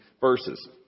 verses